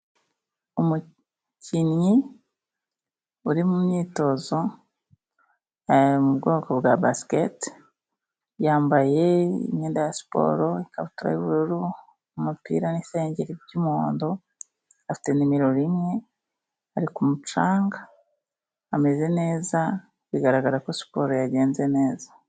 Umukinnyi uri mu myitozo mu bwoko bwa basiketi yambaye imyenda ya siporo ikabutura y'ubururu ,umupira n'isengeri by'umuhondo afite numero rimwe ari ku mucanga ameze neza bigaragara ko siporo yagenze neza.